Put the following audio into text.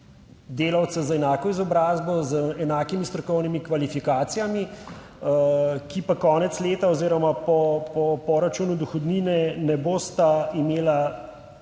delavca z enako izobrazbo, z enakimi strokovnimi kvalifikacijami, ki pa konec leta oziroma po poračunu dohodnine ne bosta imela enakega